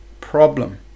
problem